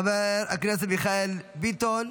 חבר הכנסת מיכאל ביטון,